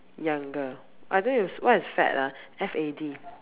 younger I think is what is fad ah F A D